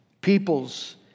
Peoples